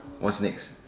what's next